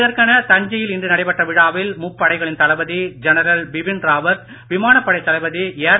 இதற்கென தஞ்சையில் இன்று நடைபெற்ற விழாவில் முப்படைகளின் தளபதி ஜெனரல் பிபின் ராவத் விமானப்படைத் தளபதி ஏர்